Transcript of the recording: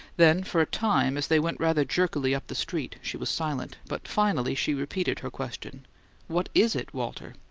then for a time, as they went rather jerkily up the street, she was silent but finally she repeated her question what is it, walter?